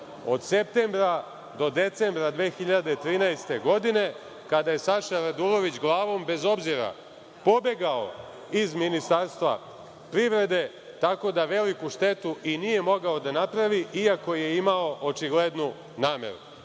od septembra do decembra 2013. godine, kada je Saša Radulović, glavom bez obzira pobegao iz Ministarstva privrede, tako da veliku štetu i nije mogao da napravi, iako je imao očiglednu nameru.